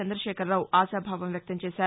చందశేఖరరావు ఆశాభావం వ్యక్తం చేశారు